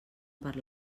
per